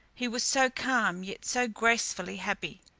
he was so calm yet so gracefully happy.